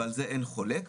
ועל זה אין חולק,